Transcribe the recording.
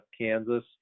Kansas